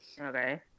Okay